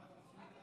לפיד,